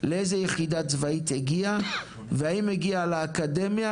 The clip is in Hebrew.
לאיזה יחידה צבאית הגיע והאם הגיע לאקדמיה